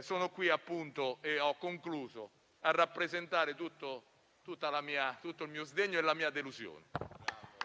Sono qui appunto - e ho concluso - a rappresentare tutto il mio sdegno e la mia delusione.